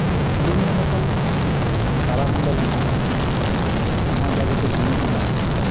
ᱵᱤᱵᱷᱤᱱᱱᱚ ᱨᱚᱠᱚᱢ ᱛᱟᱨᱟ ᱢᱚᱱᱰᱚᱞ ᱦᱮᱱᱟᱜᱼᱟ ᱢᱚᱦᱟᱡᱟᱜᱚᱛᱤᱠ ᱡᱤᱱᱤᱥ ᱦᱮᱱᱟᱜᱼᱟ